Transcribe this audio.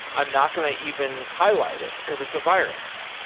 i'm not going to even highlight it, because it's a virus.